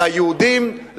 ליהודים,